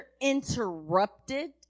interrupted